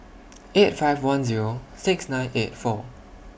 eight five one Zero six nine eight four